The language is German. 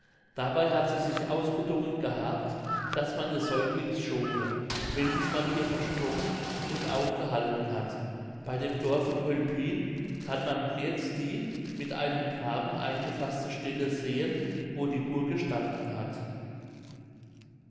dabei hat sie sich ausbedungen gehabt daß man des säuglings schone welches man ihr versprochen und auch gehalten hat bei dem dorfe cölpin kann man noch jetzt die mit einem graben eingefaßte stelle sehen wo die burg gestanden hat